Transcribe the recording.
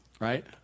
right